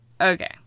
Okay